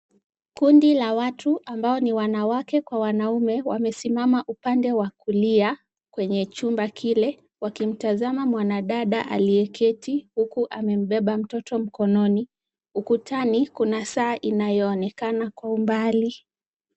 Kundi la watu ambao ni wanawake kwa wanaume wamesimama upande wa kulia kwenye chumba kile wakimtazama mwanadada aliyeketi huku amembeba mtoto mkononi, ukutani kuna saa inayoonekana kwa umbali.